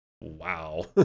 Wow